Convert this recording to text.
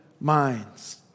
minds